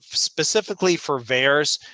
specifically for vaers,